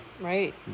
Right